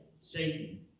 Satan